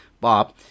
Bob